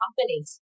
companies